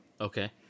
Okay